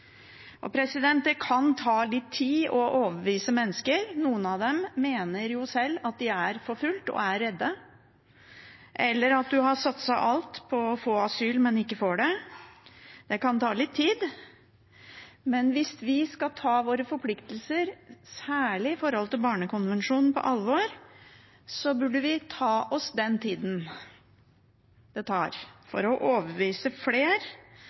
Det kan ta litt tid å overbevise mennesker. Noen av dem mener sjøl at de er forfulgt, og de er redde, eller så har man satset alt på å få asyl, men får det ikke. Det kan ta litt tid, men hvis vi skal ta våre forpliktelser, særlig etter Barnekonvensjonen, på alvor, burde vi ta oss den tida det tar for å overbevise flere